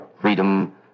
freedom